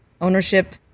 Ownership